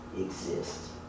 exist